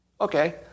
Okay